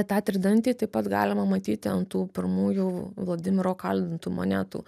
tą tridantį taip pat galima matyti ant tų pirmųjų vladimiro kaldintų monetų